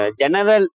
general